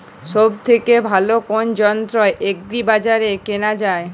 সব থেকে ভালো কোনো যন্ত্র এগ্রি বাজারে কেনা যায়?